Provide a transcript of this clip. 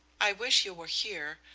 i wish you were here,